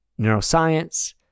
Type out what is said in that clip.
neuroscience